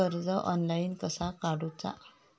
कर्ज ऑनलाइन कसा काडूचा?